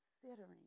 considering